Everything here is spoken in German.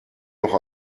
noch